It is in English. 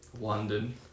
London